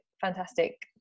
fantastic